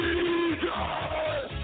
Jesus